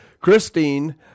Christine